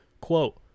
Quote